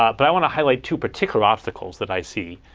um but i want to highlight two particular obstacles that i see.